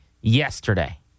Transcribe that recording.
yesterday